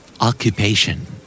Occupation